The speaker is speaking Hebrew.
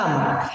למה?